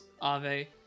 ave